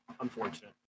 unfortunate